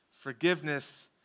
Forgiveness